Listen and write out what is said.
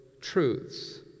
truths